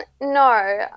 no